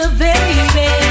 baby